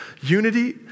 Unity